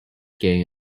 gain